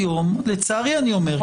לצערי אני אומר,